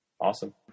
Awesome